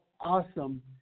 awesome